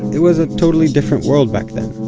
it was a totally different world back then.